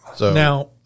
Now